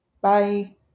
Bye